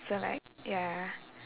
so like ya